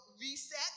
Reset